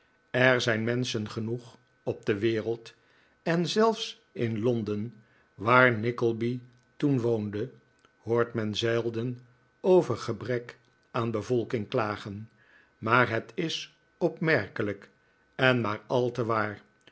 er zijn menschen genoeg op de wereld en zelfs in londen waar nickleby toen woonde hoort men zelden over gebrek aan bevolking klagen maar het is opmerkelijk en maar al te waar